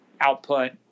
output